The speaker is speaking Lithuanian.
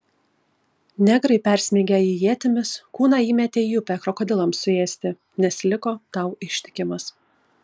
negrai persmeigę jį ietimis kūną įmetė į upę krokodilams suėsti nes liko tau ištikimas